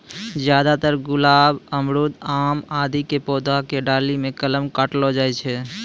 ज्यादातर गुलाब, अमरूद, आम आदि के पौधा के डाली मॅ कलम काटलो जाय छै